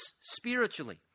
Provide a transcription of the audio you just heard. spiritually